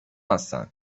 هستن